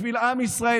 בשביל עם ישראל,